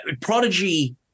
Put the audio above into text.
Prodigy